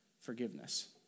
forgiveness